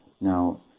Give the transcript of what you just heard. Now